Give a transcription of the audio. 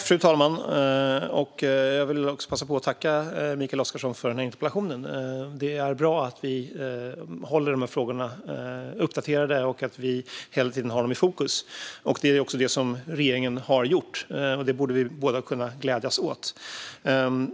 Fru talman! Jag vill passa på att tacka Mikael Oscarsson för interpellationen. Det är bra att vi håller frågorna uppdaterade och hela tiden har dem i fokus. Så har regeringen agerat, vilket vi båda borde kunna glädjas över.